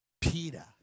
Peter